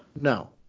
No